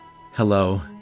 Hello